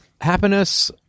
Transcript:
Happiness